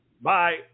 Bye